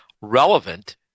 relevant